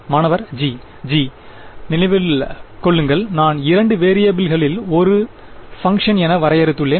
மாணவர் g g g நினைவில் கொள்ளுங்கள் நான் இரண்டு வெறியபிள்களில் ஒரு பங்ஷன் என வரையறுத்துள்ளேன்